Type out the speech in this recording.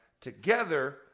together